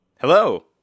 Hello